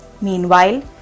Meanwhile